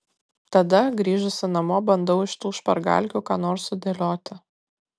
tada grįžusi namo bandau iš tų špargalkių ką nors sudėlioti